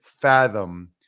fathom